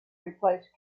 replaced